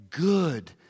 good